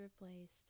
replaced